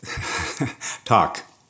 talk